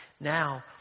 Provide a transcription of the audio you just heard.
Now